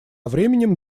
временем